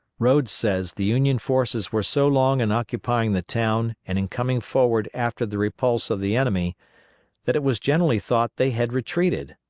rodes says the union forces were so long in occupying the town and in coming forward after the repulse of the enemy that it was generally thought they had retreated.